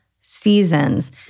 seasons